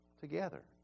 together